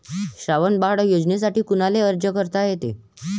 श्रावण बाळ योजनेसाठी कुनाले अर्ज करता येते?